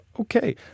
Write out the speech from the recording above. okay